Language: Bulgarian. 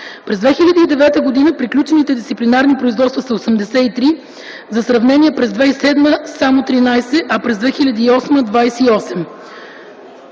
През 2009 г. приключените дисциплинарни производства са 83 бр., за сравнение през 2007 г. са само 13 бр., а през 2008 г.